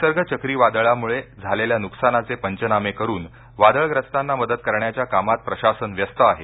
निसर्ग चक्रीवादळामुळे झालेल्या नुकसानाचे पंचनामे करून वादळग्रस्तांना मदत करण्याच्या कामात प्रशासन व्यस्त आहे